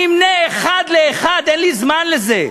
אני אמנה אחת לאחת, אין לי זמן לזה,